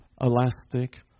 elastic